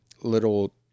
little